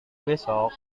besok